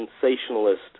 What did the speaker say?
sensationalist